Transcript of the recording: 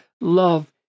love